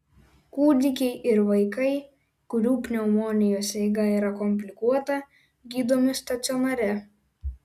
kūdikiai ir vaikai kurių pneumonijos eiga yra komplikuota gydomi stacionare